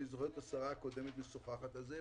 אני זוכר את השרה הקודמת משוחחת על זה,